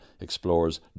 explores